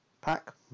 pack